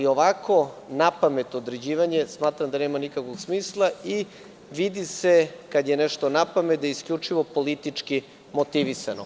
Ovako, napamet određivanje smatram da nema nikakvog smisla i vidi se kada je nešto napamet da je isključivo politički motivisano.